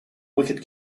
wicket